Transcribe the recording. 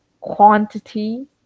quantity